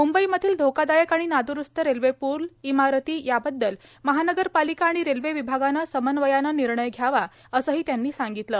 मुंबईमधील धोकादायक आणि नाद्रुस्त रेल्वे पूलए इमारती याबद्दल महानगरपालिका आणि रेल्वे विभागानं समन्वयानं निर्णय घ्यावाए असंही त्यांनी सांगितलं